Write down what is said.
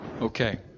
Okay